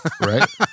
right